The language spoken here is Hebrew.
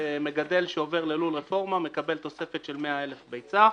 שמגדל שעובר ללול רפורמה מקבל תוספת של 100,000 ביצה.